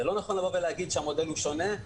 לא נכון להגיד שהמודל שונה.